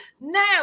now